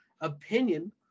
opinion